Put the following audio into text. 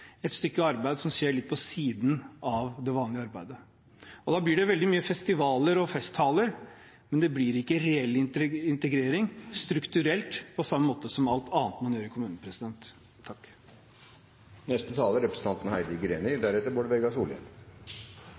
et stykke arbeid som skjer litt på siden av det vanlige arbeidet. Da blir det veldig mange festivaler og festtaler, men det blir ikke reell integrering strukturelt på samme måte som med alt annet man gjør i kommunen.